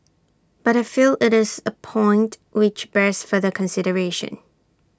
but I feel IT is A point which bears further consideration